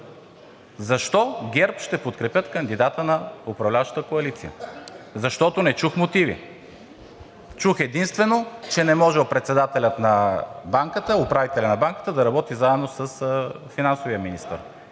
защо ГЕРБ ще подкрепят кандидата на управляващата коалиция, защото не чух мотиви? Чух единствено, че не можел управителят на банката да работи заедно с финансовия министър